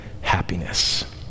happiness